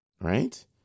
right